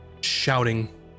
shouting